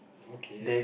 okay